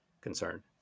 concern